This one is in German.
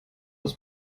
das